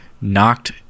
knocked